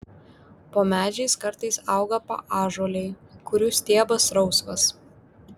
po medžiais kartais auga paąžuoliai kurių stiebas rausvas